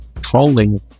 trolling